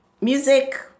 Music